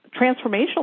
transformational